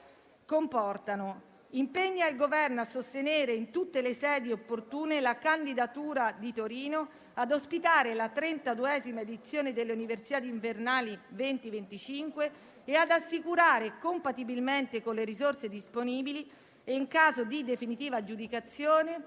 comportano; 2) a sostenere in tutte le sedi opportune la candidatura di Torino ad ospitare la XXXII edizione delle Universiadi invernali 2025 e ad assicurare, compatibilmente con le risorse disponibili e in caso di definitiva aggiudicazione,